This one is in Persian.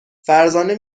فرزانه